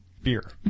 Beer